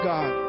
God